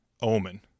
omen